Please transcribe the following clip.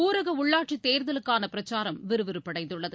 ஊரக உள்ளாட்சித் தேர்தலுக்கான பிரச்சாரம் விறுவிறுப்படைந்துள்ளது